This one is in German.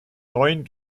neuen